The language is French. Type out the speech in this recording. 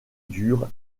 durent